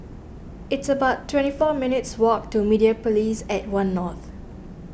it's about twenty four minutes' walk to Mediapolis at one North